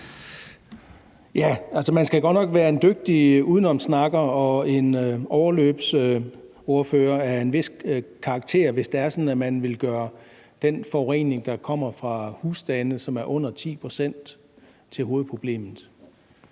Man skal godt nok være en dygtig udenomssnakker og overløbsordfører af en vis karakter, hvis det er sådan, at man vil gøre den forurening, der kommer fra husstande, og som er under 10 pct., til hovedproblemet.